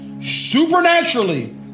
supernaturally